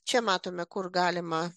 čia matome kur galima